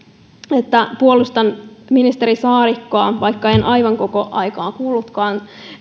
puolustan ministeri saarikkoa vaikka en aivan koko aikaa kuullutkaan